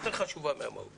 יותר חשובה מהמהות